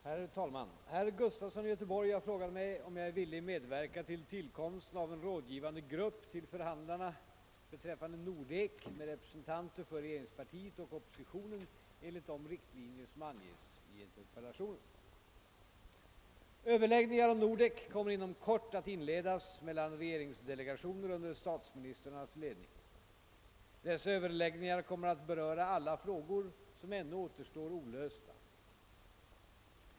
Herr talman! Herr Gustafson i Göteborg har frågat mig om jag är villig medverka till tillkomsten av en rådgivande srupp till förhandlarna beträffande Nordek med representanter för regeringspartiet och oppositionen enligt de riktlinjer som anges i interpellationen. Överläggningar om Nordek kommer inom kort att inledas mellan regeringsdelegationer under <statsministrarnas ledning. Dessa överläggningar kommer att beröra alla frågor som ännu utestår olösta.